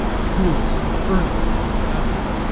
schooling, earning potential, yada, yada.